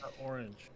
orange